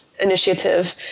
initiative